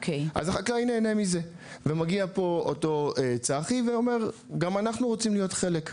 אז החקלאי נהנה מזה ומגיע פה אותו צחי ואומר גם אנחנו רוצים להיות חלק,